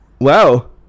Wow